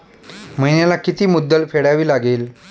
महिन्याला किती मुद्दल फेडावी लागेल?